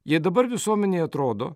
jei dabar visuomenei atrodo